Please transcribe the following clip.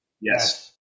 Yes